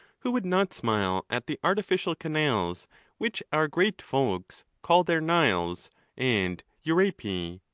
who would not smile at the artificial canals which our great folks call their niles and euripi,